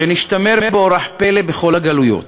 שנשתמר באורח פלא בכל הגלויות,